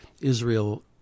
Israel